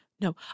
No